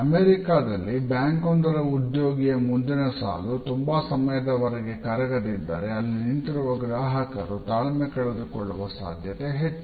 ಅಮೆರಿಕಾದಲ್ಲಿ ಬ್ಯಾಂಕೊಂದರ ಉದ್ಯೋಗಿಯ ಮುಂದಿನ ಸಾಲು ತುಂಬಾ ಸಮಯದವರೆಗೆ ಕರಗದಿದ್ದರೆ ಅಲ್ಲಿ ನಿಂತಿರುವ ಗ್ರಾಹಕರು ತಾಳ್ಮೆ ಕಳೆದುಕೊಳ್ಳುವ ಸಾಧ್ಯತೆ ಹೆಚ್ಚು